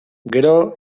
gero